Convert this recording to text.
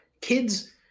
kids